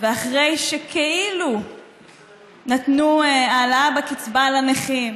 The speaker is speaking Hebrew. ואחרי שכאילו נתנו העלאה בקצבה לנכים,